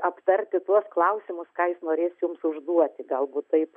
aptarti tuos klausimus ką jis norės jums užduoti galbūt taip